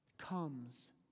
comes